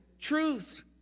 truth